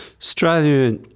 Australia